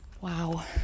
Wow